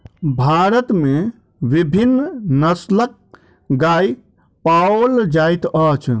भारत में विभिन्न नस्लक गाय पाओल जाइत अछि